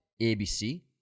ABC